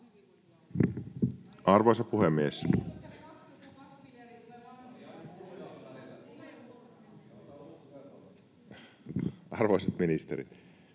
Arvoisa puhemies! Kiitoksia ministerille